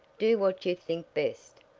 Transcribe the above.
do what you think best.